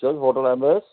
یہِ چھِ حظ ہوٹَل ایم او ایس